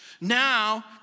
Now